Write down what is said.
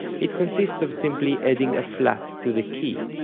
it consists of simply adding a flat to the key,